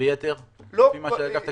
ביתר כפי שאומר אגף תקציבים?